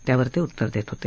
त्यावर ते उत्तर देत होते